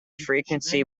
frequency